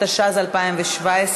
התשע"ז 2017,